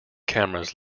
cameras